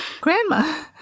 grandma